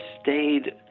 stayed